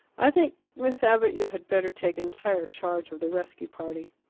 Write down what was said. i think, miss abbott, you had better take entire charge of the rescue party.